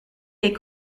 les